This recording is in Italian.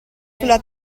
sulla